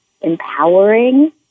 empowering